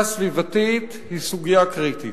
סוגיה קריטית.